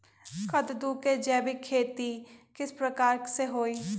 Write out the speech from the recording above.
कददु के जैविक खेती किस प्रकार से होई?